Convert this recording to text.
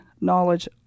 knowledge